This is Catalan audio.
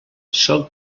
sol